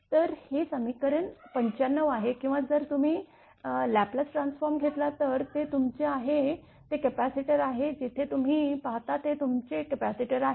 तर हे समीकरण 95 आहे किंवा जर तुम्ही लॅप्लेस ट्रान्सफॉर्म घेतलात तर ते तुमचे आहे ते कपॅसिटर आहे जिथे तुम्ही पाहता ते तुमचे ते कपॅसिटर आहे